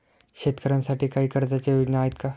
शेतकऱ्यांसाठी काही कर्जाच्या योजना आहेत का?